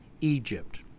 Egypt